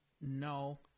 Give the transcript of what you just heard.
No